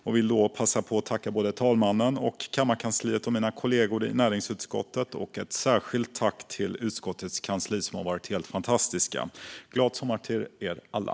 Jag vill passa på att tacka talmannen, kammarkansliet och mina kollegor i näringsutskottet. Jag riktar ett särskilt tack till utskottets kansli, som varit helt fantastiskt. Glad sommar till er alla!